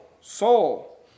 Soul